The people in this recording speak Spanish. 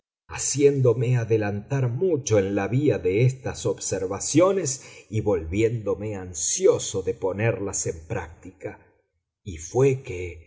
haciéndome adelantar mucho en la vía de estas observaciones y volviéndome ansioso de ponerlas en práctica y fué que